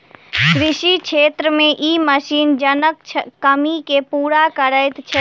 कृषि क्षेत्र मे ई मशीन जनक कमी के पूरा करैत छै